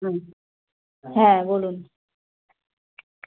হুম হ্যাঁ বলুন